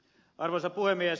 arvoisa puhemies